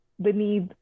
beneath